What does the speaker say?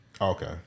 Okay